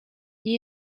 nie